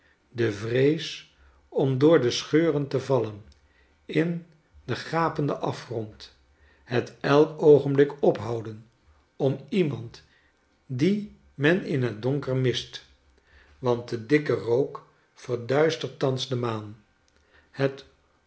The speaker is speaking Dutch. de vrees om door de scheuren te vallen in den gapenden afgrond het elk oogenblik ophouden om iemand dien men in het donker mist want de dikke rook verduistert thans de